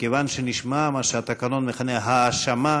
מכיוון שנשמעה מה שהתקנון מכנה "האשמה"